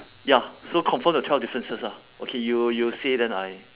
ya so confirm the twelve differences ah okay you you say then I